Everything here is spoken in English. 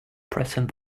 pressing